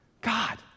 God